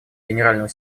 генерального